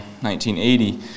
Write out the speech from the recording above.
1980